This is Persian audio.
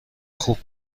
خوب